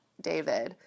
David